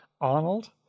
Arnold